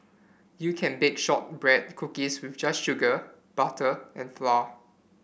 you can bake shortbread cookies with just sugar butter and flour